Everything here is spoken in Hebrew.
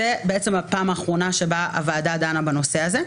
זו הייתה פעם האחרונה שהוועדה דנה בנושא הזה,